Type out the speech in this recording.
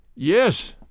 Yes